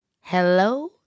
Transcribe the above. Hello